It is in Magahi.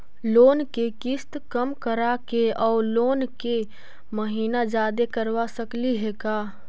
लोन के किस्त कम कराके औ लोन के महिना जादे करबा सकली हे का?